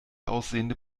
aussehende